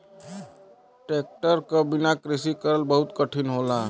tractor क बिना कृषि करल बहुत कठिन होला